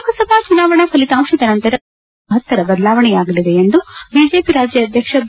ಲೋಕಸಭಾ ಚುನಾವಣಾ ಫಲಿತಾಂಶದ ನಂತರ ರಾಜ್ಯ ರಾಜಕೀಯದಲ್ಲಿ ಮಹತ್ವದ ಬದಲಾವಣೆಯಾಗಲಿದೆ ಎಂದು ಬಿಜೆಪಿ ರಾಜ್ಯಾಧ್ಯಕ್ಷ ಬಿ